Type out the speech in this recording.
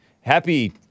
Happy